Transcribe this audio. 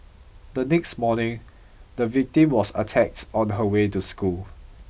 the next morning the victim was attacked on her way to school